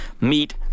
meet